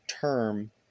term